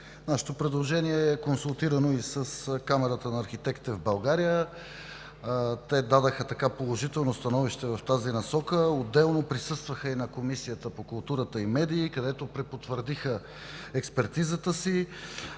Нашето предложение е консултирано и с Камарата на архитектите в България. Те дадоха положително становище в тази насока, отделно присъстваха и на Комисията по културата и медиите, където препотвърдиха експертизата си,